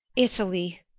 italy,